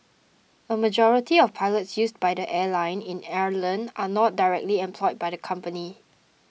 a majority of pilots used by the airline in Ireland are not directly employed by the company